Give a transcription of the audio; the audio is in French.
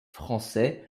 français